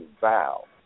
vow